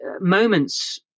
moments